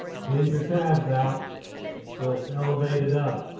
bend your tabs out so it's elevated up.